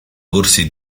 corsi